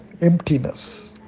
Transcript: emptiness